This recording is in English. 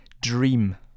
Dream